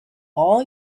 all